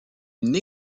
une